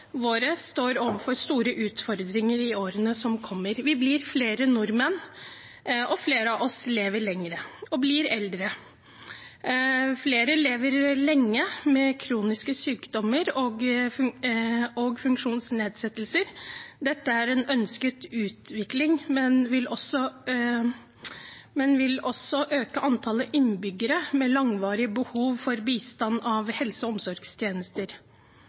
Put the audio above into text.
står overfor store utfordringer i årene som kommer. Vi blir flere nordmenn, og flere av oss lever lenger og blir eldre. Flere lever lenge med kroniske sykdommer og funksjonsnedsettelser. Dette er en ønsket utvikling, men vil også øke antallet innbyggere med langvarig behov for bistand av helse- og omsorgstjenester.